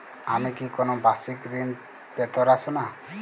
আমি কি কোন বাষিক ঋন পেতরাশুনা?